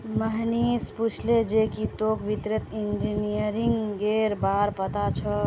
मोहनीश पूछले जे की तोक वित्तीय इंजीनियरिंगेर बार पता छोक